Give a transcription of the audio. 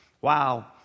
Wow